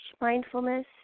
mindfulness